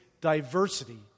diversity